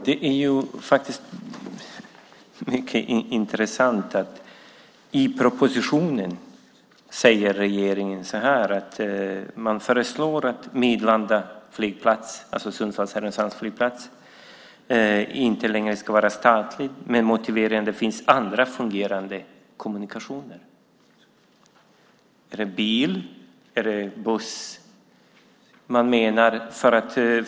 Herr talman! Det är mycket intressant. I propositionen säger regeringen att man föreslår att Midlanda flygplats, det vill säga Sundsvall-Härnösands flygplats, inte längre ska vara statlig med motiveringen att det finns andra fungerande kommunikationer. Är det bil eller buss man menar?